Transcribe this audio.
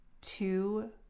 two